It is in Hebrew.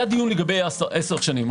היה דיון לגבי עשר שנים.